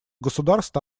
государств